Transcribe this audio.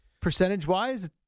percentage-wise